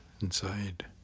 inside